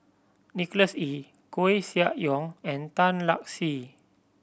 Nicholas Ee Koeh Sia Yong and Tan Lark Sye